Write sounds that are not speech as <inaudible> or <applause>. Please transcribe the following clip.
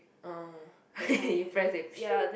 uh <laughs> you press then pshoong